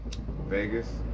Vegas